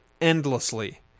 endlessly